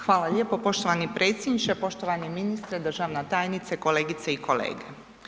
Hvala lijepo poštovani predsjedniče, poštovani ministre, državna tajnice, kolegice i kolege.